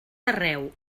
arreu